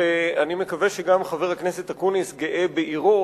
ואני מקווה שגם חבר הכנסת אקוניס גאה בעירו,